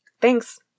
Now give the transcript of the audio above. Thanks